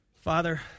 Father